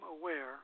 aware